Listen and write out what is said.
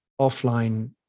offline